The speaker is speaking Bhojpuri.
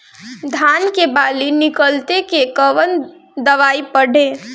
धान के बाली निकलते के कवन दवाई पढ़े?